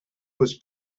was